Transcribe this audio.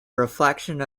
reflection